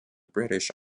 british